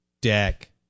deck